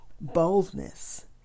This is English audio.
boldness